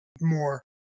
more